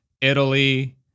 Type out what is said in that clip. Italy